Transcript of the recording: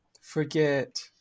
forget